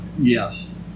yes